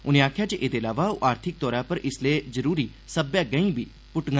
उनें आखेआ जे एह्दे अलावा ओह् आर्थिक तौर उप्तर इसलै जरूरी सब्बै गैंही बी पुट्टडन